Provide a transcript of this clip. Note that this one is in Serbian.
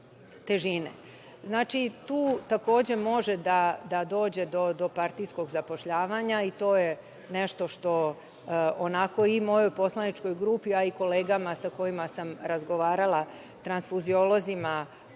težine. Znači, tu takođe može da dođe do partijskog zapošljavanja i to je nešto što onako, i mojoj poslaničkoj grupi, a i kolegama sa kojima sa razgovarala, transfuziolozima,